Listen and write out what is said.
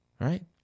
Right